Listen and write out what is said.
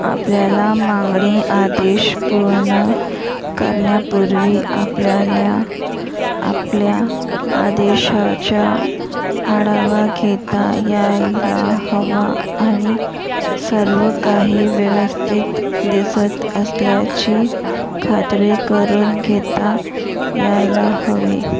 आपल्याला मांगणी आदेश पूर्ण करण्यापूर्वी आपल्याल्या आपल्या आदेशाचा आढावा घेता यायला हवा आणि सर्व काही व्यवस्थित दिसत असल्याची खात्री करून घेता यायला हवी